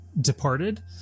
departed